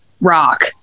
rock